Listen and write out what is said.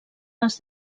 les